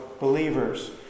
believers